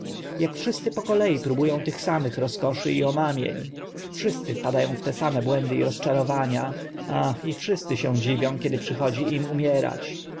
ak wszyscy po kolei próbu ą tych samych rozkoszy i omamień wszyscy wpada ą w te same błędy i rozczarowania ach i wszyscy się dziwią kiedy przychodzi im umierać